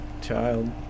child